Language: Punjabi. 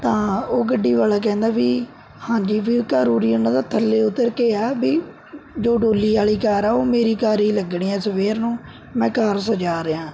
ਤਾਂ ਉਹ ਗੱਡੀ ਵਾਲਾ ਕਹਿੰਦਾ ਵੀ ਹਾਂਜੀ ਵੀ ਘਰ ਉਰੀਂ ਉਹਨਾਂ ਦਾ ਥੱਲੇ ਉੱਤਰ ਕੇ ਆ ਵੀ ਜੋ ਡੋਲੀ ਵਾਲੀ ਕਾਰ ਆ ਉਹ ਮੇਰੀ ਕਾਰ ਹੀ ਲੱਗਣੀ ਆ ਸਵੇਰ ਨੂੰ ਮੈਂ ਕਾਰ ਸਜਾ ਰਿਹਾਂ